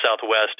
Southwest